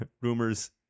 rumors